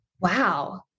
Wow